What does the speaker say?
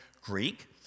Greek